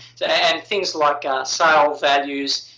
and things like sale values,